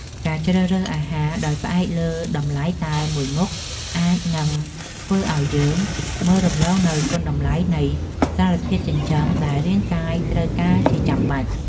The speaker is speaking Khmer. ការជ្រើសរើសអាហារដោយផ្អែកលើតម្លៃតែមួយមុខអាចនឹងធ្វើឲ្យយើងមើលរំលងនូវគុណតម្លៃនៃសារធាតុចិញ្ចឹមដែលរាងកាយត្រូវការជាចាំបាច់។